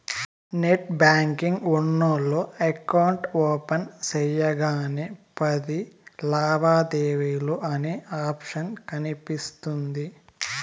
net banking ఉన్నోల్లు account open సెయ్యగానే పది లావాదేవీలు అనే ఆప్షన్ కనిపిస్తుంది